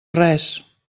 res